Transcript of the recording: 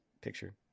picture